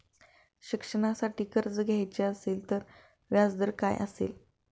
शिक्षणासाठी कर्ज घ्यायचे असेल तर व्याजदर काय असेल?